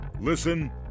Listen